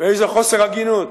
ואיזה חוסר הגינות.